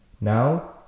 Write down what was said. Now